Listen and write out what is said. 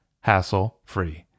hassle-free